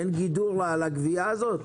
אין גידור על הגבייה הזאת?